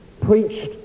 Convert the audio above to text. preached